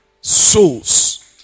souls